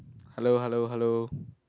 hello hello hello